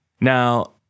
now